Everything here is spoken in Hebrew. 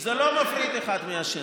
זה לא מפריד אחד מהשני.